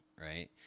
right